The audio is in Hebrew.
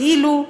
כאילו,